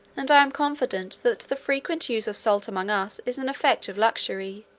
and i am confident that the frequent use of salt among us is an effect of luxury,